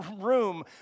room